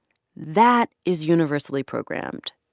that is universally programmed.